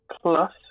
plus